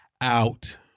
out